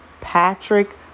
Patrick